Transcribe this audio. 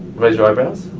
raise your eyebrows.